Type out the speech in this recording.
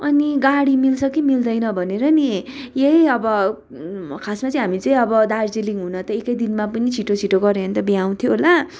अनि गाडी मिल्छ कि मिल्दैन भनेर नि यही अब खासमा चाहिँ हामी चाहिँ अब दार्जिलिङ हुन त एकैदिनमा पनि छिटो छिटो गऱ्यो भन्त भ्याउँथ्यो होला